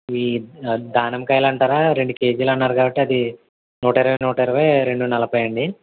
ఈ దానిమ్మ కాయలంటారా రెండు కేజీలన్నారు కాబట్టి అది నూటిరవై నూటిరవై రెండు నలపై అండి